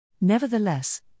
Nevertheless